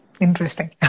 Interesting